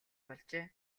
болжээ